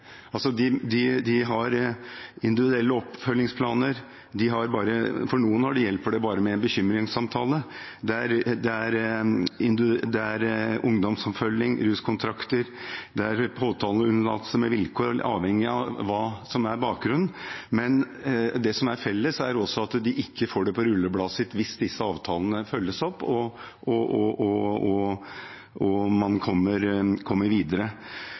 det er ruskontrakter, og det er påtaleunnlatelser med vilkår, avhengig av hva som er bakgrunnen. Men det som er felles, er at de ikke får det på rullebladet sitt hvis disse avtalene følges opp og man kommer videre. Dette hørte vi på høringen. Der var det bl.a. helsesøstre, og